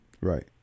Right